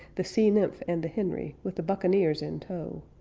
the sea nymph and the henry with the buccaneers in tow.